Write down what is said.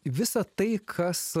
visa tai kas